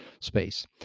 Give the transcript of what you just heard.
Space